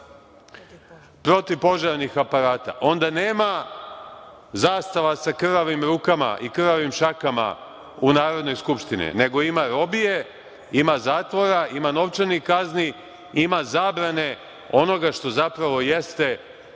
protivpožarnih aparata, onda nema zastava sa krvavim rukama i krvavim šakama u Narodnoj skupštini. Nego ima robije, ima zatvora, ima novčanih kazni, ima zabrane onoga što zapravo jeste